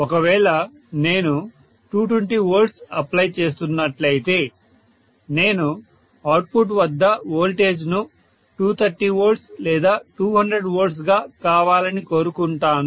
ఒకవేళ నేను 220 V apply చేస్తున్నట్లయితే నేను అవుట్పుట్ వద్ద వోల్టేజ్ ను 230V లేదా 200V గా కావాలని కోరుకుంటాను